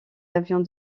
avions